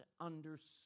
understand